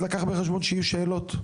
לקח בחשבון שיהיו שאלות?